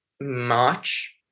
March